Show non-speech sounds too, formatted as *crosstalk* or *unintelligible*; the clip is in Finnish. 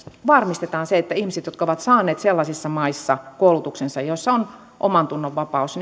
varmistetaan se että ihmiset jotka ovat saaneet sellaisissa maissa koulutuksensa joissa on omantunnonvapaus *unintelligible*